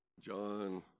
John